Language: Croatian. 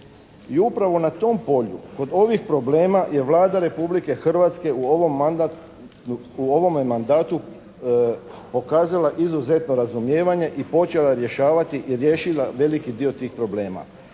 I upravo na tom polju, kod ovih problema je Vlada Republike Hrvatske u ovome mandatu pokazala izuzetno razumijevanje i počela rješavati i riješila veliki dio tih problema.